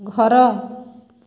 ଘର